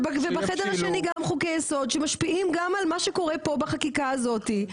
ובחדר השני גם חוקי יסוד שמשפיעים גם על מה שקורה פה בחקיקה הזאתי,